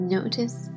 Notice